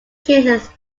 cases